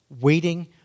waiting